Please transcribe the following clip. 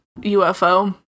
UFO